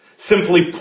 simply